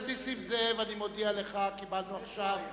אני מודיע לך, קיבלנו עכשיו הודעה,